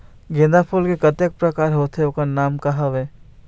गेंदा फूल के कतेक प्रकार होथे ओकर नाम का हवे?